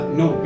no